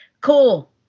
Cool